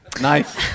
Nice